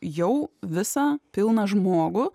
jau visą pilną žmogų